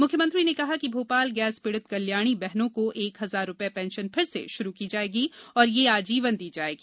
मुख्यमंत्री ने कहा कि भोपाल गैस पीड़ित कल्याणी बहनों को एक हजार रुपए पेंशन फिर से शुरू की जाएगी और ये ये आजीवन दी जाएगी